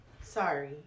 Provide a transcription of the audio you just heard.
Sorry